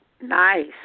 Nice